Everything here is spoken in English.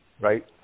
Right